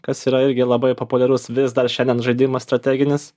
kas yra irgi labai populiarus vis dar šiandien žaidimas strateginis